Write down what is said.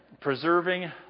preserving